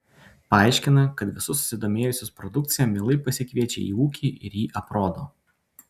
paaiškina kad visus susidomėjusius produkcija mielai pasikviečia į ūkį ir jį aprodo